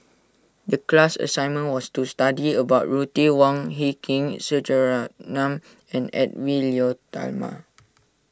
the class assignment was to study about Ruth Wong Hie King S Rajaratnam and Edwy Lyonet Talma